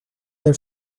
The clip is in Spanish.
del